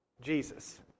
Jesus